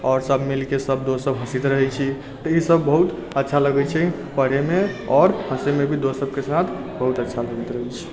आओर सभ मिलके सभ दोस्त सभ हँसैत रहै छी तऽ ई सभ बहुत अच्छा लगै छै पढ़ैमे आओर हँसैमे भी दोस्त सभके साथ बहुत अच्छा लगैत रहै छै